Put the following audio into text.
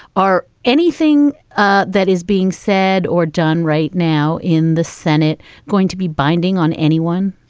are anything ah that is being said or done right now in the senate going to be binding on anyone?